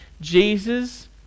jesus